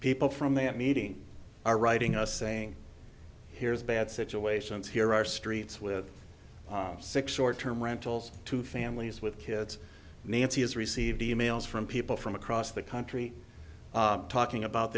people from that meeting are writing us saying here's bad situations here are streets with six short term rentals two families with kids nancy has received e mails from people from across the country talking about